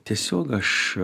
tiesiog aš